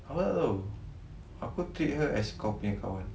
aku tak tahu aku treat her as kau punya kawan